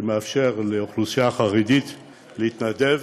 שמאפשר לאוכלוסייה החרדית להתנדב,